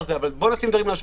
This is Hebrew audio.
בוא נשים דברים על השולחן.